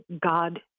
God